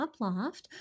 Uploft